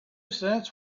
cents